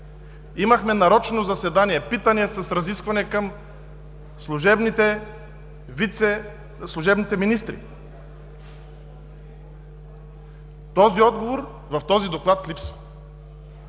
Имахме нарочно заседание – питания с разискване към служебните министри, и този отговор в този Доклад липсва.